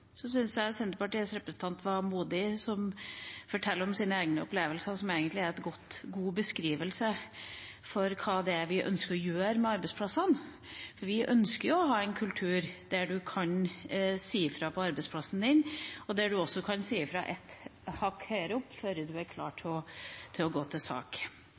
Jeg synes at Senterpartiets representant var modig som fortalte om sine egne opplevelser, som egentlig er en god beskrivelse av hva vi ønsker å gjøre med arbeidsplassene. Vi ønsker å ha en kultur der en kan si fra på arbeidsplassen, og der en også kan si fra et hakk høyere opp før en er klar til å gå til sak.